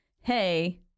hey